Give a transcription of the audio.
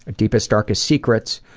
ah deepest darkest secrets,